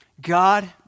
God